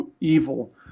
evil